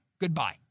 goodbye